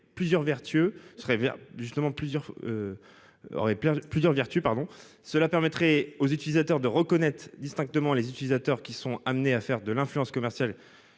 plusieurs vertus. Il permettrait aux internautes de reconnaître distinctement les utilisateurs qui sont amenés à faire de l'influence commerciale,